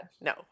No